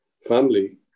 family